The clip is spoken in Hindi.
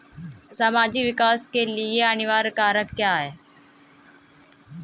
सामाजिक विकास के लिए अनिवार्य कारक क्या है?